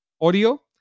audio